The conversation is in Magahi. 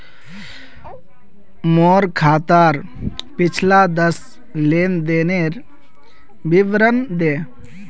मोर खातार पिछला दस लेनदेनेर विवरण दे